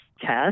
test